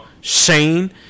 Shane